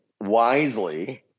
wisely